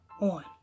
on